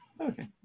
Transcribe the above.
Okay